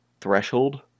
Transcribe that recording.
threshold